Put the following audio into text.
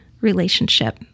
relationship